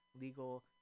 legal